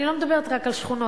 אני לא מדברת רק על שכונות,